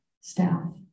staff